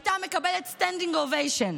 הייתה מקבלת standing ovation.